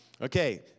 Okay